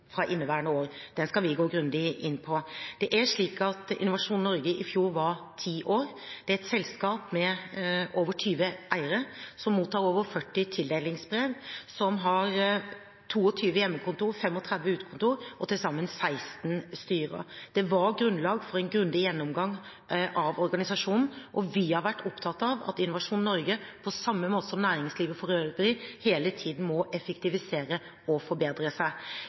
inneværende år. Den skal vi gå grundig inn i. Innovasjon Norge var i fjor ti år. Det er et selskap med over 20 eiere, som mottar over 40 tildelingsbrev, som har 22 hjemmekontorer, 35 utekontorer og til sammen 16 styrer. Det var grunnlag for en grundig gjennomgang av organisasjonen, og vi har vært opptatt av at Innovasjon Norge, på samme måte som næringslivet for øvrig, hele tiden må effektivisere og forbedre seg.